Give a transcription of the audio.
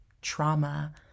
trauma